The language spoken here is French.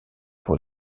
pour